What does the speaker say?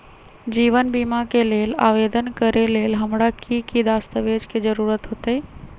जीवन बीमा के लेल आवेदन करे लेल हमरा की की दस्तावेज के जरूरत होतई?